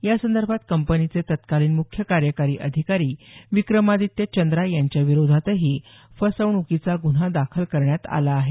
यासंदर्भात कंपनीचे तत्कालीन मुख्य कार्यकारी अधिकारी विक्रमादित्य चंद्रा यांच्याविरोधातही फसवण्कीचा गुन्हा दाखल करण्यात आला आहे